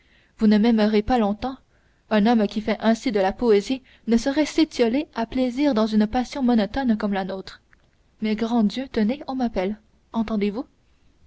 vous ne m'aimerez pas longtemps un homme qui fait ainsi de la poésie ne saurait s'étioler à plaisir dans une passion monotone comme la nôtre mais grand dieu tenez on m'appelle entendez-vous